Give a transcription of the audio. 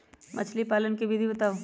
मछली पालन के विधि बताऊँ?